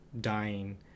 dying